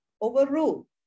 overrule